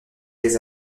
des